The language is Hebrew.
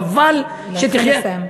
חבל שתחיה, להתחיל לסיים.